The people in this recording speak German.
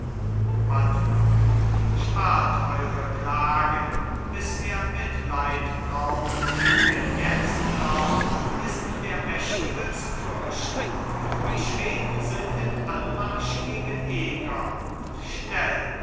buttler spart eure klagen bis er mitleid braucht denn jetzt noch ist der mächtige zu fürchten die schweden sind im anmarsch gegen eger und schnell